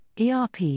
ERP